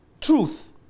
truth